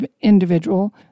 individual